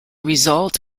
result